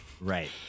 right